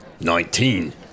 Nineteen